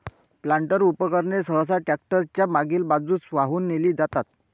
planter उपकरणे सहसा tractor च्या मागील बाजूस वाहून नेली जातात